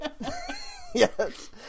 Yes